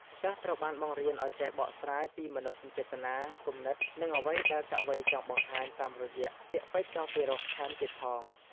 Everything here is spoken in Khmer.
សិស្សត្រូវបានបង្រៀនឱ្យចេះបកស្រាយពីមនោសញ្ចេតនា គំនិត និងអ្វីដែលកវីចង់បង្ហាញតាមរយៈពាក្យពេចន៍ដ៏ពីរោះថែមទៀតផង។